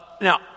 Now